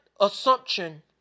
assumption